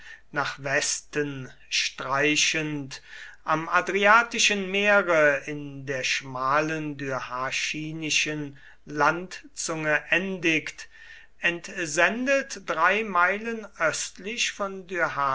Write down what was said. nach westen streichend am adriatischen meere in der schmalen dyrrhachinischen landzunge endigt entsendet drei meilen östlich von